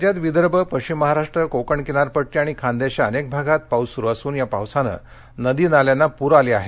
राज्यात विदर्भ पश्चिम महाराष्ट्र कोकण किनारपट्टी आणि खान्देशाच्या अनेक भागात पाऊस सुरू असून या पावसानं नदीनाल्यांना पूर आला आहे